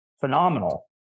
phenomenal